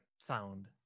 sound